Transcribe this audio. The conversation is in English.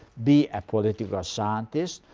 be a political scientist,